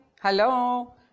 Hello